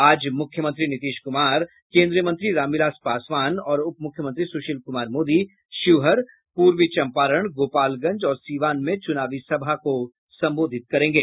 आज मुख्यमंत्री नीतीश कुमार केन्द्रीय मंत्री रामविलास पासवान और उपमुख्यमंत्री सुशील कुमार मोदी शिवहर पूर्वी चंपारण गोपालगंज और सीवान में चुनावी सभा को संबोधित करेंगे